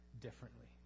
differently